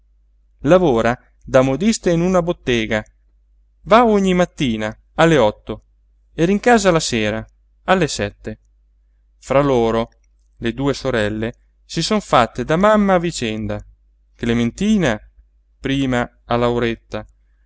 lavora da modista in una bottega va ogni mattina alle otto rincasa la sera alle sette fra loro le due sorelle si son fatte da mamma a vicenda clementina prima a lauretta